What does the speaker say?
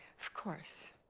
of course.